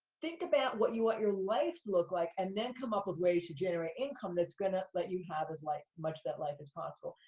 think about what you want your life to look like, and then come up with ways to generate income that's gonna let you have as like much of that life as possible.